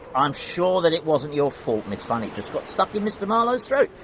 i'm sure that it wasn't your fault, miss funn. it just got stuck in mr. marlowe's throat,